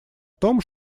том